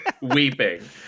weeping